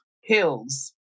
hills